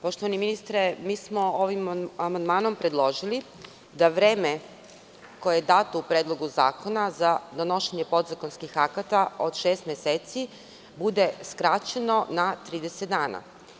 Poštovani ministre, mi smo ovim amandmanom predložili da vreme koje je dato u Predlogu zakona za donošenje podzakonskih akata od šest meseci, bude skraćeno na 30 dana.